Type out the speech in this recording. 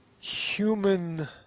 human